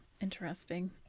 Interesting